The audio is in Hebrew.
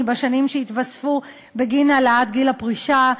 בשנים שיתווספו בגין העלאת גיל הפרישה,